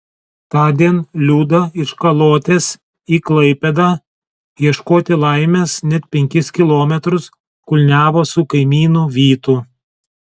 tądien liuda iš kalotės į klaipėdą ieškoti laimės net penkis kilometrus kulniavo su kaimynu vytu